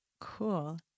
cool